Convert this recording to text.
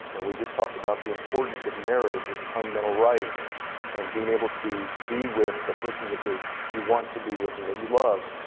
and we just talked about the importance of marriage as a fundamental right and and being able to be with the person that you want to be with and that you love,